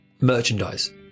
merchandise